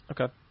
Okay